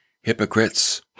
hypocrites